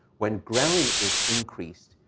when ghrelin is increased,